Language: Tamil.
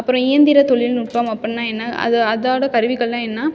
அப்பறம் இயந்திரத் தொழில்நுட்பம் அப்டினா என்ன அது அதோடய கருவிகள்னால் என்ன